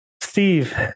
Steve